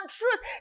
truth